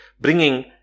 bringing